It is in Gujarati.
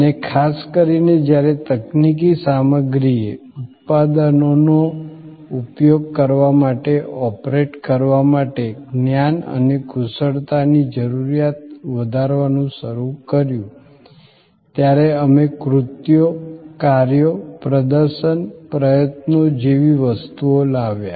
અને ખાસ કરીને જ્યારે તકનીકી સામગ્રીએ ઉત્પાદનોનો ઉપયોગ કરવા માટે ઓપરેટ કરવા માટે જ્ઞાન અને કુશળતાની જરૂરિયાત વધારવાનું શરૂ કર્યું ત્યારે અમે કૃત્યો કાર્યો પ્રદર્શન પ્રયત્નો જેવી વસ્તુઓ લાવ્યા